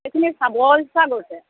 সেইখিনি চাবৰ ইচ্ছা গৈছে